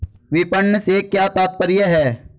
विपणन से क्या तात्पर्य है?